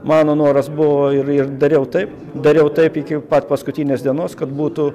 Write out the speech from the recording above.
mano noras buvo ir ir dariau taip dariau taip iki pat paskutinės dienos kad būtų